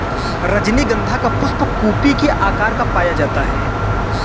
रजनीगंधा का पुष्प कुपी के आकार का पाया जाता है